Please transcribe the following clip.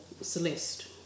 Celeste